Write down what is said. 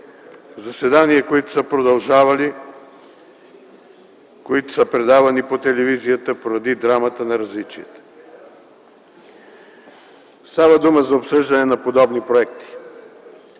прекъсвани, които са продължавани, които са предавани по телевизията поради драмата на различията. Става дума за обсъждането на подобни проекти.